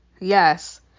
Yes